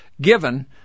given